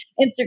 Instagram